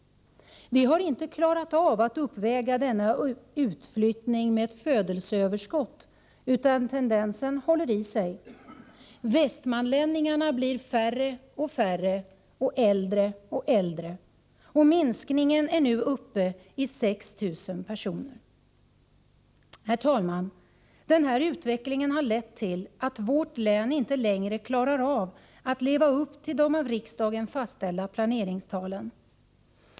Vi har inte klarat av att uppväga denna utflyttning med ett födelseöverskott, utan tendensen håller i sig. Västmanlänningarna blir färre och färre och äldre och äldre, och minskningen är nu uppe i 6 000 personer. Herr talman! Den här utvecklingen har lett till att vårt län inte längre klarar av att leva upp till de av riksdagen fastställda planeringstalen.